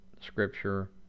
scripture